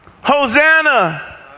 Hosanna